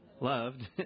loved